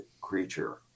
creature